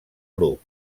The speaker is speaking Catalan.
grup